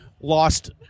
Lost